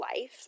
life